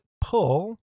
pull